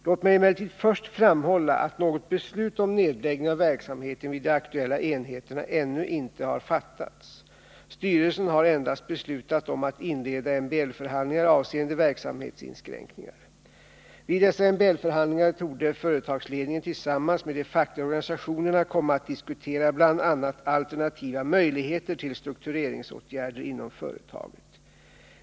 Låt mig emellertid först framhålla att något beslut om nedläggning av verksamheten vid de aktuella enheterna ännu inte har fattats. Styrelsen har endast beslutat om att inleda MBL-förhandlingar avseende verksamhetsinskränkningar. Vid dessa MBL-förhandlingar torde företagsledningen tillsammans med de fackliga organisationerna komma att diskutera bl.a. alternativa möjligheter till struktureringsåtgärder inom företaget.